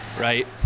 right